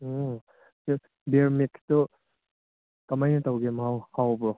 ꯎꯝ ꯑꯗꯣ ꯕꯤꯌꯔ ꯃꯦꯛꯁꯇꯨ ꯀꯃꯥꯏꯅ ꯇꯧꯒꯦ ꯃꯍꯥꯎ ꯍꯥꯎꯕ꯭ꯔꯣ